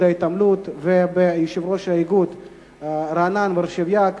ההתעמלות וביושב-ראש האיגוד רענן ורשביאק,